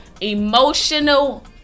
Emotional